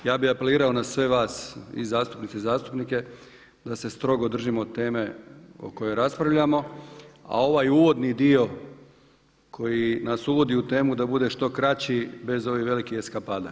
Ja bih apelirao na sve vas i zastupnice i zastupnice da se strogo držimo teme o kojoj raspravljamo a ovaj uvodni dio koji nas uvodi u temu da bude što kraći bez ovih velikih eskapada.